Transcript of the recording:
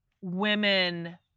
women